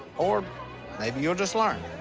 or maybe you'll just learn.